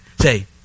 say